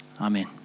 Amen